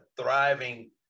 thriving